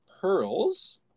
pearls